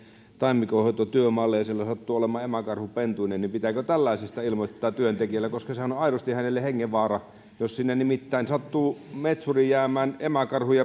taimikonhoitotyömaalle ja siellä sattuu olemaan emäkarhu pentuineen pitääkö tällaisesta ilmoittaa työntekijälle sehän on aidosti hänelle hengenvaara jos nimittäin sattuu metsuri jäämään emäkarhun